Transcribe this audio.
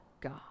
God